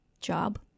job